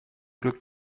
glück